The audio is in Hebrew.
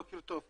בוקר טוב.